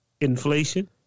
inflation